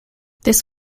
this